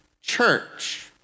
church